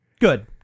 Good